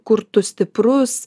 kur tu stiprus